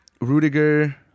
Rudiger